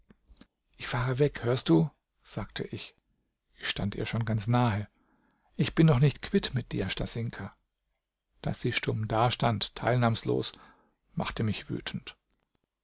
ich fahre weg hörst du sagte ich ich stand ihr schon ganz nahe ich bin noch nicht quitt mit dir stasinka daß sie stumm dastand teilnahmslos machte mich wütend